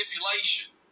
manipulation